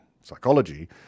psychology